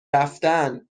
رفتن